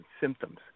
symptoms